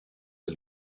der